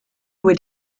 would